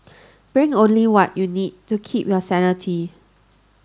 bring only what you need to keep your sanity